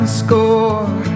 score